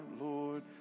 Lord